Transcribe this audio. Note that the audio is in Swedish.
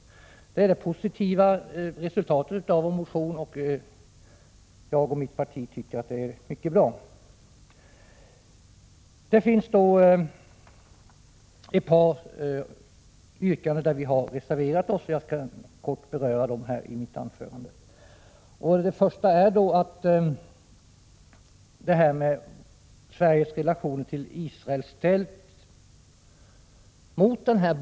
Detta är de positiva resultaten av den motion vi väckt, och jag och mitt — Prot. 1986/87:29 parti tycker — jag upprepar det — att detta är mycket bra. 19 november 1986 Men på ett par punkter har vi reserverat oss, och jag skall kort berörademi = Qo s o - mitt anförande.